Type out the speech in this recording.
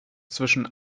zwischen